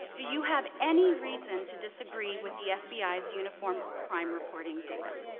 do you have any reason to disagree with the fbi's uniform crime reporting data?